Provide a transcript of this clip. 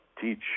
teach